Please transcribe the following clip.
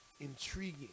intriguing